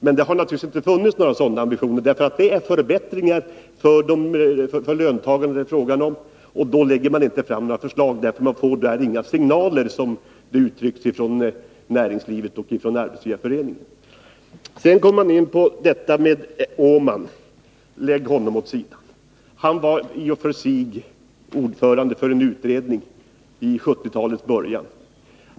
Men det har naturligtvis inte funnits någon sådan ambition — när det är fråga om förbättringar för löntagarna lägger man inte fram några förslag. Man får nämligen inga signaler, som det uttrycks, från näringslivet och Arbetsgivareföreningen. Sedan kom arbetsmarknadsministern in på detta med Åman. Lägg honom åt sidan! Han var i och för sig ordförande i en utredning i början av 1970-talet.